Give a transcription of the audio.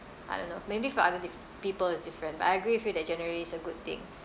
I don't know maybe for other people it's different but I agree with you that generally it's a good thing